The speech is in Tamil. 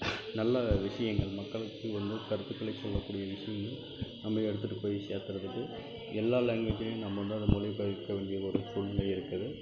நல்ல விஷயங்கள் மக்களுக்கு வந்து கருத்துக்களை சொல்லக்கூடிய விஷயங்கள் நம்ம எடுத்துகிட்டு போய் சேர்க்குறதுக்கு எல்லா லாங்குவேஜ்லேயும் நம்ம வந்து அந்த மொழி பெயர்க்க வேண்டிய ஒரு சூழ்நிலை இருக்குது